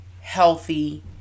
healthy